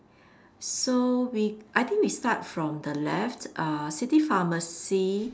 so we I think we start from the left uh city pharmacy